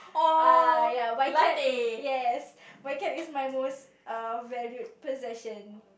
ah yeah my cat yes my cat is my most err valued possession